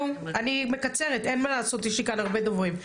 אני מקצרת, אין מה לעשות, יש לי כאן הרבה דוברים.